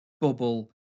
bubble